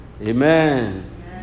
Amen